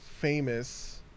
famous